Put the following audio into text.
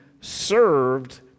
served